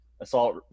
Assault